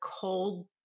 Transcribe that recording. cold